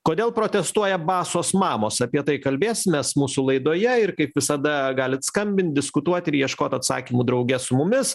kodėl protestuoja basos mamos apie tai kalbėsimės mūsų laidoje ir kaip visada galit skambint diskutuot ir ieškot atsakymų drauge su mumis